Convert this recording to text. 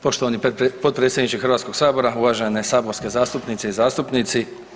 Poštovani potpredsjedniče Hrvatskog sabora, uvažene saborske zastupnice i zastupnici.